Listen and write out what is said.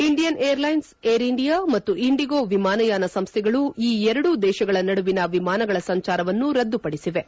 Indian airlines Air India ಮತ್ತು IndiGo ವಿಮಾನಯಾನ ಸಂಸ್ವೆಗಳು ಈ ಎರಡೂ ದೇತಗಳ ನಡುವಿನ ವಿಮಾನಗಳ ಸಂಚಾರವನ್ನು ರದ್ದುಪಡಿಸಿವೆ